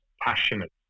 passionate